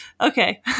okay